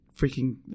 freaking